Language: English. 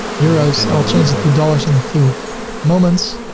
euros. i will change it to dollars in a few moments.